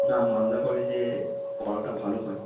না মালদা কলেজে পড়াটা ভালো হয়